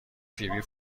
فیبی